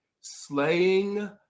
slaying